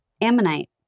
Ammonite